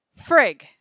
Frig